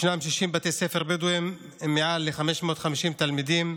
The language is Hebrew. ישנם 60 בתי ספר בדואיים עם מעל ל-550 תלמידים,